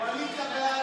כולל לוח התיקונים.